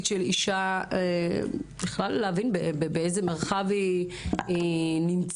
של אישה בכלל להבין באיזה מרחב היא נמצאת.